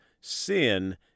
sin